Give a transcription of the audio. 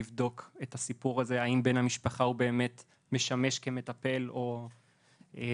לבדוק את הסיפור הזה האם בן המשפחה משמש כמטפל או לא.